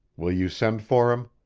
will you send for him?